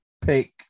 pick